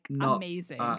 amazing